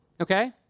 okay